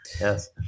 Yes